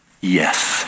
Yes